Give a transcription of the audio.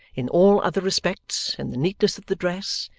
in all other respects, in the neatness of the dress,